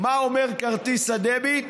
מה אומר כרטיס הדביט?